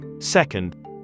Second